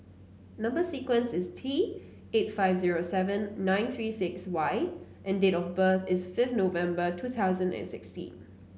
number sequence is T eight five zero seven nine three six Y and date of birth is fifth November two thousand and sixteen